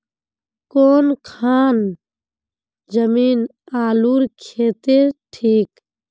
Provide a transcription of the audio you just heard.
कौन खान जमीन आलूर केते ठिक?